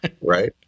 right